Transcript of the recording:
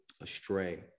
astray